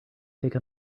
take